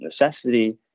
necessity